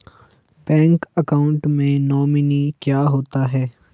Bank account में nominee क्या होता है?